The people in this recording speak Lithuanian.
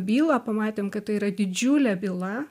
bylą pamatėm kad tai yra didžiulė byla